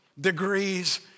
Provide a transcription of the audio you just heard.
degrees